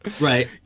Right